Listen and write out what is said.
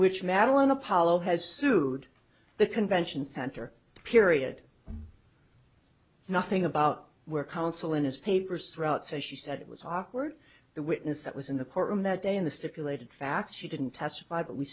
which madeline apollo has sued the convention center period nothing about where counsel in his papers throughout so she said it was awkward the witness that was in the courtroom that day in the stipulated facts she didn't testify but we